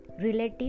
Relative